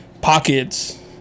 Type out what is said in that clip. pockets